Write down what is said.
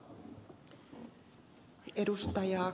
arvoisa puhemies